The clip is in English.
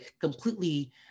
completely